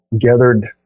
gathered